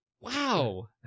Wow